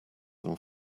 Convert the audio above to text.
than